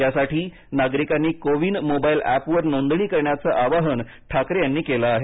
यासाठी नागरिकांनी कोविन मोबाईल एपवर नोंदणी करण्याचं आवाहन ठाकरे यांनी केलं आहे